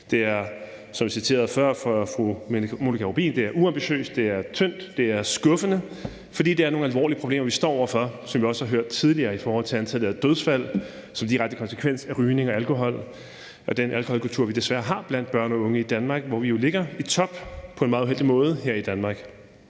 det er tyndt, og det er skuffende, for det er nogle alvorlige problemer, vi står over for, som vi også har hørt tidligere, i forhold til antallet af dødsfald som en direkte konsekvens af rygning og alkohol og af den alkoholkultur, vi desværre har i Danmark blandt børn og unge. Der ligger Danmark jo i top på en meget uheldig måde. For